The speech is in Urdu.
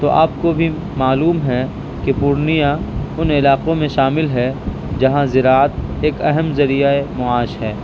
تو آپ کو بھی معلوم ہے کہ پورنیہ ان علاقوں میں شامل ہے جہاں زراعت ایک اہم ذریعۂ معاش ہے